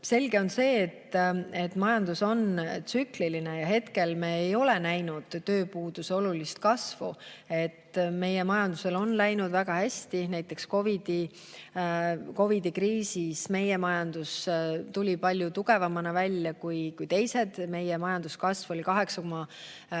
Selge on see, et majandus on tsükliline, aga hetkel me ei ole näinud tööpuuduse olulist kasvu. Meie majandusel on läinud väga hästi, näiteks COVID-i kriisist tuli meie majandus palju tugevamana välja kui teised. Meie majanduskasv oli